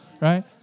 Right